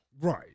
Right